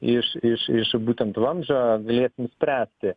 iš iš iš būtent vamzdžio galėsim spręsti